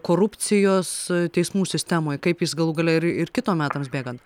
korupcijos teismų sistemoj kaip jis galų gale ir ir kito metams bėgant